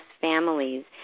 families